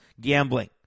gambling